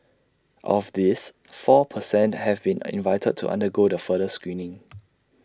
of these four per cent have been an invited to undergo the further screening